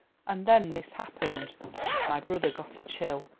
and then this happened my brother got a chill,